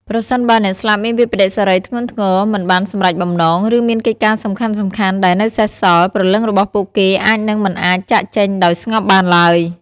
ប្រសិនបើអ្នកស្លាប់មានវិប្បដិសារីធ្ងន់ធ្ងរ មិនបានសម្រេចបំណង ឬមានកិច្ចការសំខាន់ៗដែលនៅសេសសល់ ព្រលឹងរបស់ពួកគេអាចនឹងមិនអាចចាកចេញដោយស្ងប់បានឡើយ។